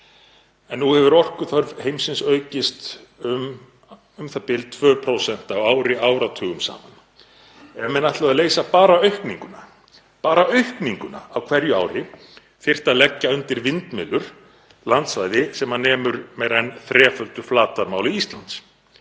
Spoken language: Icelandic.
en nú hefur orkuþörf heimsins aukist um u.þ.b. 2% á ári áratugum saman. Ef menn ætluðu að leysa bara aukninguna, bara aukninguna á hverju ári, þyrfti að leggja undir vindmyllur landsvæði sem nemur meira en þreföldu flatarmáli Íslands